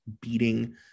beating